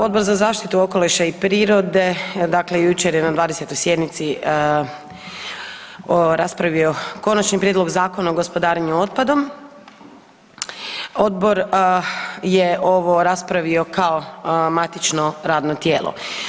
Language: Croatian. Odbor za zaštitu okoliša i prirode jučer je na 20. sjednici raspravio Konačni prijedlog Zakona o gospodarenju otpadom, odbor je ovo raspravio kao matično radno tijelo.